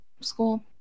school